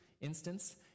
instance